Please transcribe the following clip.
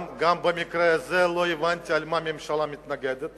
גם במקרה הזה לא הבנתי על מה הממשלה מתנגדת,